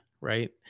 right